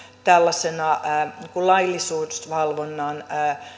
tällaisena niin kuin laillisuusvalvonnan